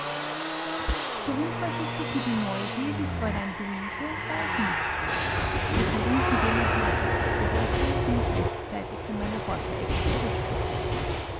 so unvorsichtig wie die neugier die fräulein luise war ich nicht wie ich von unten jemanden auf der treppe hörte bin ich rechtzeitig von meiner horcherecke zurückgetreten